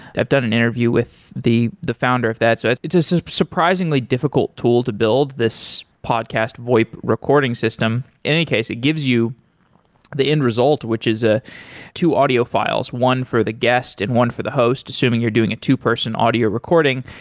i've done an interview with the the founder of that, so it's a surprisingly difficult tool to build, this podcast voip recording system. in any case, it gives you the end result, which is a two audio files, one for the guest and one for the host, assuming you're doing a two-person audio recording,